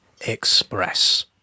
Express